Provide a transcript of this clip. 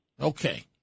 Okay